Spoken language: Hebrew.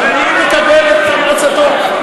תמיד מקבל את המלצתו.